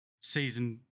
season